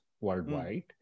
worldwide